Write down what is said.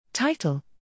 Title